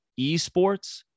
esports